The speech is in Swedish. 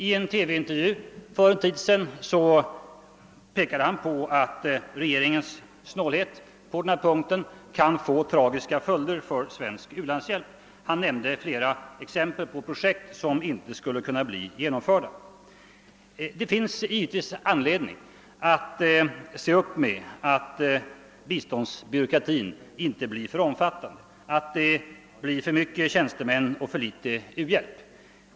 I en TV-intervju för en tid sedan pekade han på att regeringens snålhet på denna punkt kan få tragiska följder för svensk u-landshjälp. Han nämnde flera exempel på projekt som inte skulle kunna bli genomförda. Det finns givetvis anledning att se upp med att biståndsbyråkratin inte blir för omfattande, att det inte skall bli för många tjänstemän och för liten u-hjälp.